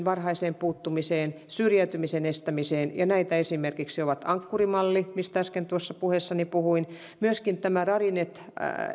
varhaiseen puuttumiseen syrjäytymisen estämiseen ja näitä esimerkiksi ovat ankkuri malli mistä äsken tuossa puheessani puhuin ja myöskin tämä radinet